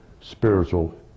spiritual